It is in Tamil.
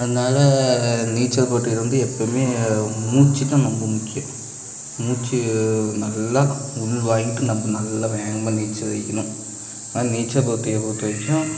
அதனால் நீச்சல் போட்டியில் வந்து எப்போவுமே மூச்சு தான் ரொம்ப முக்கியம் மூச்சு நல்லா உள்வாங்கிட்டு நம்ம நல்லா வேகமாக நீச்சல் அடிக்கணும் ஆனால் நீச்சல் போட்டியை பொறுத்த வரைக்கும்